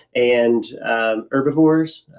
and herbivores,